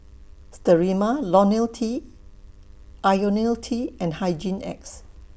Sterimar Lonil T Ionil T and Hygin X